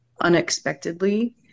unexpectedly